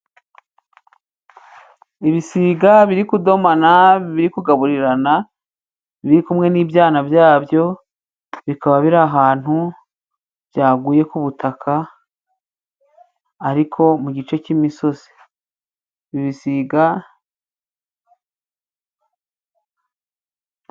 Ibisiga biri kudomana, biri kugaburirana biri kumwe n'ibyana byabyo, bikaba biri ahantu byaguye ku butaka ariko mu gice cy'imisozi ibisiga.